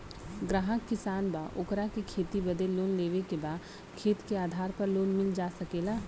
ग्राहक किसान बा ओकरा के खेती बदे लोन लेवे के बा खेत के आधार पर लोन मिल सके ला?